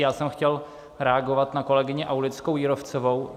Já jsem chtěl reagovat na kolegyni Aulickou Jírovcovou.